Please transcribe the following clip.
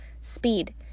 Speed